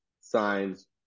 signs